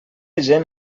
gent